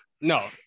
No